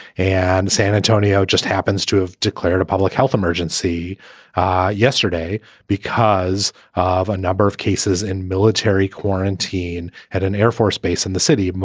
and san antonio just happens to have declared a public health emergency yesterday because of a number of cases. and military quarantine had an air force base in the city.